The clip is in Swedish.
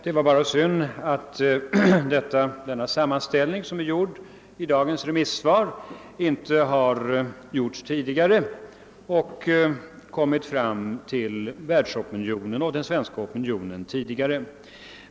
Det är bara synd att den sammanställning som är gjord i dagens interpellationssvar inte tidigare har kommit fram till världsopinionen och den svenska opinionen.